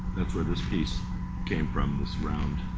that's where this piece came from, this round,